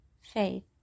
faith